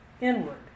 inward